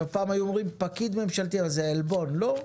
עכשיו פעם היו אומרים פקיד ממשלתי, זה עלבון, לא,